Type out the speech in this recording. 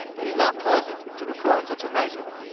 it is not pleasant to record such a measure.